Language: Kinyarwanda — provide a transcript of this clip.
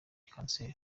cancer